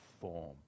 form